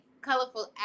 colorful